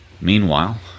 Meanwhile